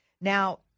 Now